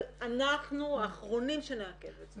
אנחנו האחרונים שנעכב את זה.